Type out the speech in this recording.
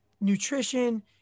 nutrition